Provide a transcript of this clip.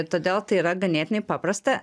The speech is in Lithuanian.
todėl tai yra ganėtinai paprasta